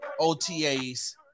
OTAs